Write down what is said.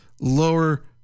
lower